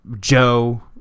Joe